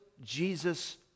Jesus